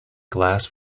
glass